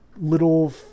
little